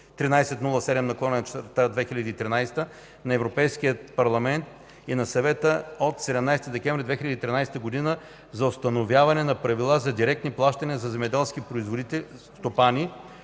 1307/2013 на Европейския парламент и на Съвета от 17 декември 2013 г. за установяване на правила за директни плащания за земеделски стопани